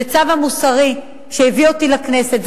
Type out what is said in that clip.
זה הצו המוסרי שהביא אותי לכנסת.